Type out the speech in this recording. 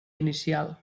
inicial